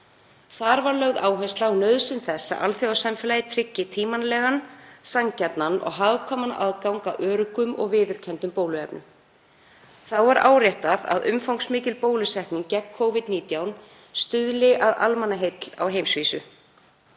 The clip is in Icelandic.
Þar var lögð áhersla á nauðsyn þess að alþjóðasamfélagið tryggi tímanlegan, sanngjarnan og hagkvæman aðgang að öruggum og viðurkenndum bóluefnum. Þá var áréttað að umfangsmikil bólusetning gegn Covid-19 stuðli að almannaheill á heimsvísu.